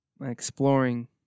exploring